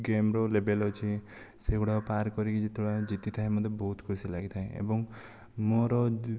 game ର ଲେବଲ ଅଛି ସେଗୁଡ଼ାକ ପାର କରିକି ଯେତବେଳେ ଜିତିଥାଏ ମୋତେ ବହୁତ ଖୁସି ଲାଗିଥାଏ ଏବଂ ମୋର